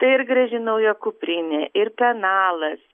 tai ir graži nauja kuprinė ir penalas